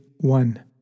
one